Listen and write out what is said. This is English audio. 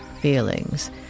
feelings